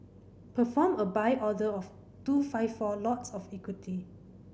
perform a Buy order of two five four lots of equity